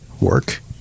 work